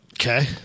Okay